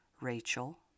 Rachel